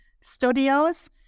studios